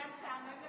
שלוש דקות,